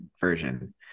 version